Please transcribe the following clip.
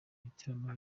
ibitaramo